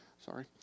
sorry